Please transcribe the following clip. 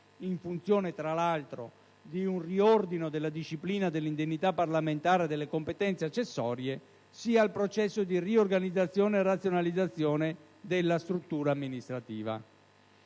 (in funzione, tra l'altro, di un riordino della disciplina della indennità parlamentare e delle competenze accessorie) sia al processo di riorganizzazione e razionalizzazione della struttura amministrativa.